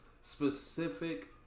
specific